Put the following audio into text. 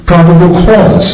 probable cause